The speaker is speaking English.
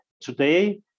today